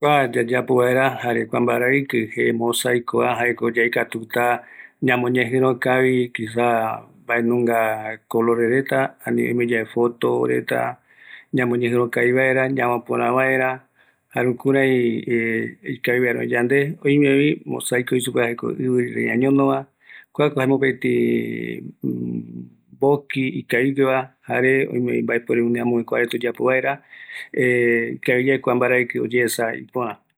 Yayapo vaera kua, yaikatuta ñamoñejirokavi mbaeko yaesukata kua rupiva, yayapo foto ndive, piasaje regua, jukuraï ikavi vaera oyekua esavaretape